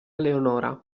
leonora